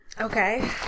Okay